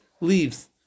leaves